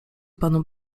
panu